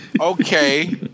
okay